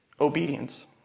obedience